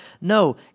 No